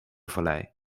vallei